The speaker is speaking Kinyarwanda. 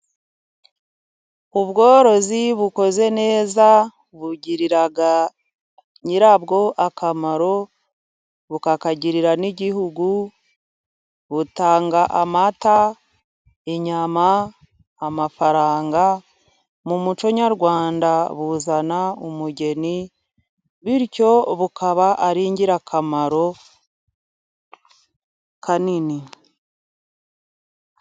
Ubworozi bukoze neza bugirira nyirabwo akamaro, bukakagirira n'igihugu. Butanga amata, inyama, amafaranga. Mu muco nyarwanda buzana umugeni, bityo bukaba ari ingirakamaro kanini.